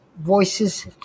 voices